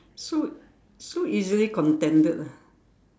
so so easily contended ah